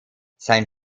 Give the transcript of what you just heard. sein